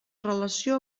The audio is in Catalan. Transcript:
relació